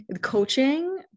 coaching